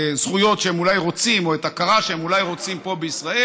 הזכויות שהם אולי רוצים או את ההכרה שהם אולי רוצים פה בישראל,